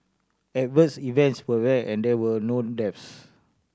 adverse events were rare and there were no deaths